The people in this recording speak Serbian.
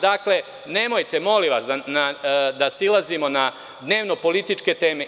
Dakle, nemojte molim vas, da silazimo na dnevno-političke teme.